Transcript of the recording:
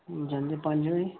हां जी हां जी पंज बजे